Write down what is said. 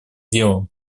делом